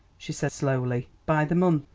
she said slowly, by the month.